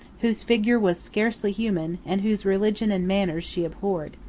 whose figure was scarcely human, and whose religion and manners she abhorred.